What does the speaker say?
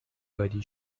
buddy